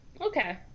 Okay